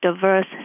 diverse